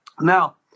Now